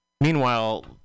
Meanwhile